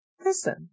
Listen